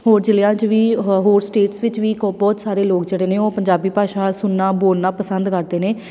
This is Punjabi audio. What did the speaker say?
ਹੋਰ ਜ਼ਿਲ੍ਹਿਆਂ 'ਚ ਵੀ ਹ ਹੋਰ ਸਟੇਟਸ ਵਿੱਚ ਵੀ ਕੋ ਬਹੁਤ ਸਾਰੇ ਲੋਕ ਜਿਹੜੇ ਨੇ ਉਹ ਪੰਜਾਬੀ ਭਾਸ਼ਾ ਸੁਣਨਾ ਬੋਲਣਾ ਪਸੰਦ ਕਰਦੇ ਨੇ